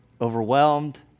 Overwhelmed